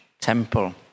temple